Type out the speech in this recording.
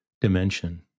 dimension